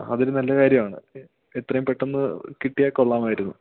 അതൊരു നല്ല കാര്യമാണ് എത്രയും പെട്ടന്ന് കിട്ടിയാൽ കൊള്ളാമായിരുന്നു